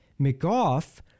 McGough